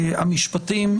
המשפטים,